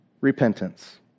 repentance